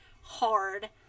hard